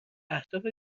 اهداف